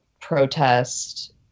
protest